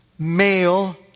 male